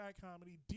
Comedy